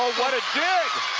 what a dig.